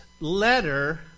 letter